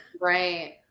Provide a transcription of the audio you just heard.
Right